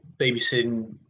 babysitting